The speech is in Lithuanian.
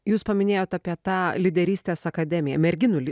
jūs paminėjot apie tą lyderystės akademiją merginų